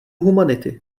humanity